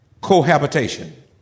cohabitation